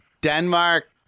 Denmark